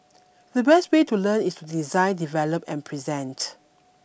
the best way to learn is design develop and present